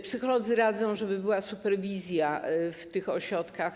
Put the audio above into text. Psycholodzy radzą, żeby była superwizja w tych ośrodkach.